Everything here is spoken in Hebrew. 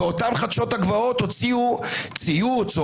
ואותם חדשות הגבעות הוציאו ציוץ,